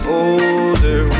older